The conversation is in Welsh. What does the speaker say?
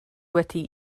wedi